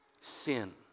sin